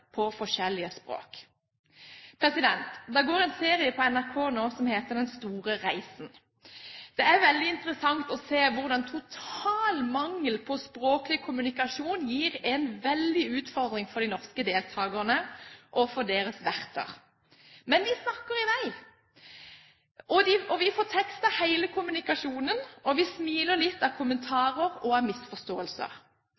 på forskjellige språk. Det går en serie på NRK nå som heter Den store reisen. Det er veldig interessant å se hvordan total mangel på språklig kommunikasjon gir en veldig utfordring for de norske deltakerne og for deres verter. Men de snakker i vei, og vi får tekstet hele kommunikasjonen, og vi smiler litt av